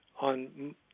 on